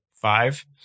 five